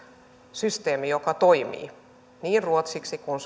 systeemi joka toimii niin ruotsiksi kuin